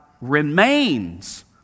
remains